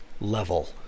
level